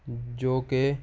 جوکہ